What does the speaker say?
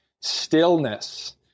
stillness